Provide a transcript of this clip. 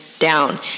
down